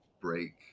break